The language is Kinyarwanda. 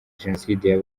jenoside